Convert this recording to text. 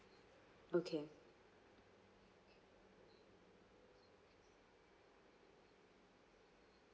okay